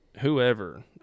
whoever